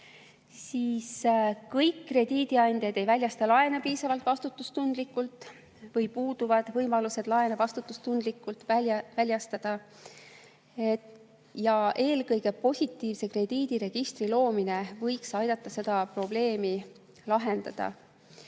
kaitse. Kõik krediidiandjad ei väljasta laene piisavalt vastutustundlikult või puuduvad võimalused laene vastutustundlikult väljastada. Positiivse krediidiregistri loomine võiks aidata seda probleemi lahendada.